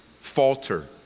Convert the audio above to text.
falter